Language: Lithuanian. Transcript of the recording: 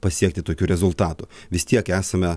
pasiekti tokių rezultatų vis tiek esame